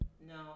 No